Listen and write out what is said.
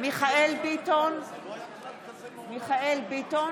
מיכאל מרדכי ביטון,